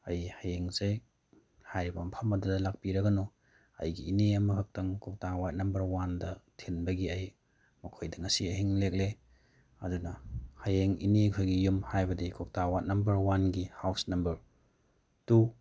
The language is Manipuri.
ꯑꯩ ꯍꯌꯦꯡꯁꯦ ꯍꯥꯏꯔꯤꯕ ꯃꯐꯝ ꯑꯗꯨꯗ ꯂꯥꯛꯄꯤꯔꯒꯅꯨ ꯑꯩꯒꯤ ꯏꯅꯦ ꯑꯃꯈꯛꯇꯪ ꯀ꯭ꯋꯥꯛꯇꯥ ꯋꯥꯠ ꯅꯝꯕꯔ ꯋꯥꯟꯗ ꯊꯤꯟꯕꯒꯤ ꯑꯩ ꯃꯈꯣꯏꯗ ꯉꯁꯤ ꯑꯍꯤꯡ ꯂꯦꯛꯂꯦ ꯑꯗꯨꯅ ꯍꯌꯦꯡ ꯏꯅꯦꯈꯣꯏꯒꯤ ꯌꯨꯝ ꯍꯥꯏꯕꯗꯤ ꯀ꯭ꯋꯥꯛꯇꯥ ꯋꯥꯠ ꯅꯝꯕꯔ ꯋꯥꯟꯒꯤ ꯍꯥꯎꯁ ꯅꯝꯕꯔ ꯇꯨ